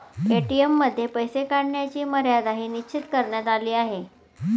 ATM मध्ये पैसे काढण्याची मर्यादाही निश्चित करण्यात आली आहे